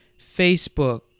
Facebook